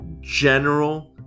general